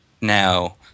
Now